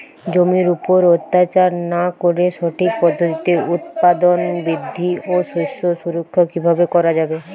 জমির উপর অত্যাচার না করে সঠিক পদ্ধতিতে উৎপাদন বৃদ্ধি ও শস্য সুরক্ষা কীভাবে করা যাবে?